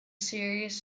serious